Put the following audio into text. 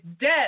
dead